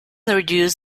reduce